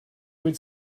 would